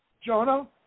Jonah